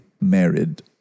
married